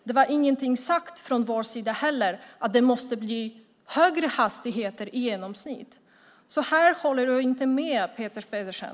Det var inte sagt från vår sida att det måste bli högre hastigheter i genomsnitt. Jag håller inte med Peter Pedersen.